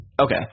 Okay